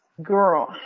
Girl